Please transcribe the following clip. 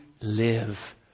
live